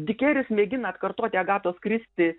dikeris mėgina atkartoti agatos kristi